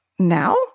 now